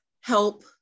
Help